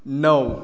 णव